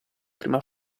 prima